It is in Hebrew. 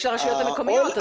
יש לרשויות המקומיות.